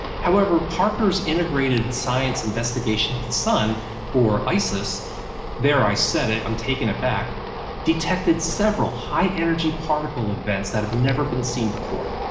however, parker's integrated science investigation of the sun or isis there, i said it, i'm taking it back detected several high-energy particle events that have never been seen before.